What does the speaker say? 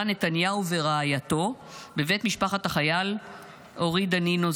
נתניהו ורעייתו בבית משפחת החייל אורי דנינו,